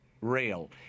rail